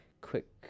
quick